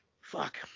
fuck